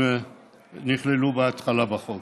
שנכללו בהתחלה בהצעת חוק.